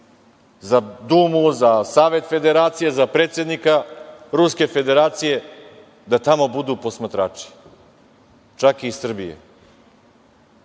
za Dumu, za Savet Federacije, za predsednika Ruske Federacije da tamo budu posmatrači, čak iz Srbije.